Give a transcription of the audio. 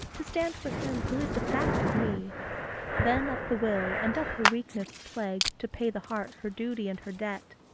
to stand for him who is the fact of me then up the will, and doth her weakness plague to pay the heart her duty and her debt,